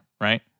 right